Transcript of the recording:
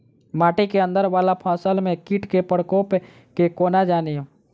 माटि केँ अंदर वला फसल मे कीट केँ प्रकोप केँ कोना जानि?